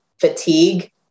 fatigue